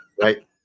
right